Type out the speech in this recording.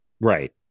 Right